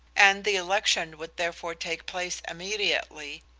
and the election would therefore take place immediately,